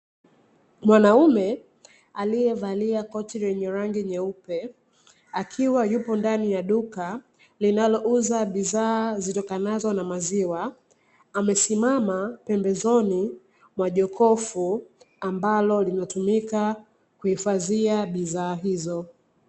Mwanaume aliyevalia koti lenye rangi nyeupe akiwa yupo ndani ya duka linalouza bidhaa zitokanazo na maziwa, amesimama pembezoni mwa jokofu ambalo linatumika kuhifadhia bidhaa hizo.